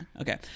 okay